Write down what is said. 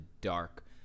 dark